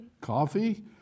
Coffee